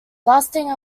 lasting